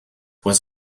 was